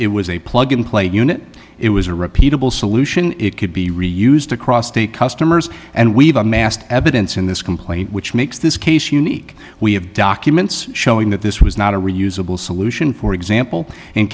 it was a plug in play unit it was a repeatable solution it could be really used across the customers and we've amassed evidence in this complaint which makes this case unique we have documents showing that this was not a reusable solution for example in